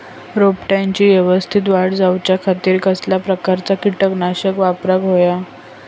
रोपट्याची यवस्तित वाढ जाऊच्या खातीर कसल्या प्रकारचा किटकनाशक वापराक होया?